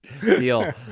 deal